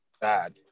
bad